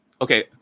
Okay